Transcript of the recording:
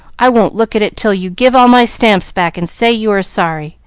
i won't look at it till you give all my stamps back and say you are sorry.